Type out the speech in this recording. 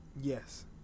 Yes